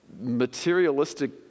materialistic